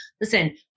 listen